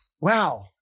Wow